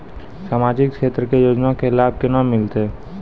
समाजिक क्षेत्र के योजना के लाभ केना मिलतै?